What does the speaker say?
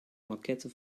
maquette